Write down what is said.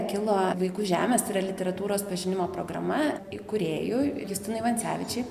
kilo vaikų žemės yra literatūros pažinimo programa įkūrėjui justinui vancevičiui